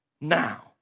now